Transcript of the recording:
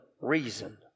reason